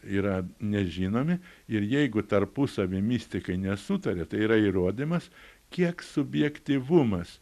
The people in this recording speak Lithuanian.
yra nežinomi ir jeigu tarpusavy mistikai nesutaria tai yra įrodymas kiek subjektyvumas